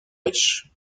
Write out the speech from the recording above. riches